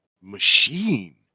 machine